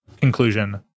conclusion